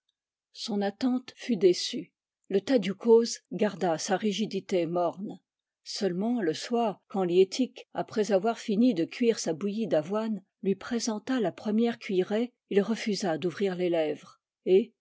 son attente fut déçue le tadiou coz garda sa rigidité morne seulement le soir quand liettik après avoir fini de cuire sa bouillie d'avoine lui présenta la première cuillerée il refusa d'ouvrir les lèvres et